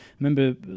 remember